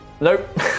Nope